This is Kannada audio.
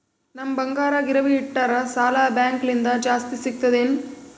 ನಮ್ ಬಂಗಾರ ಗಿರವಿ ಇಟ್ಟರ ಸಾಲ ಬ್ಯಾಂಕ ಲಿಂದ ಜಾಸ್ತಿ ಸಿಗ್ತದಾ ಏನ್?